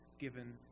given